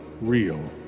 real